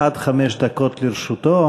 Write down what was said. עד חמש דקות לרשותו.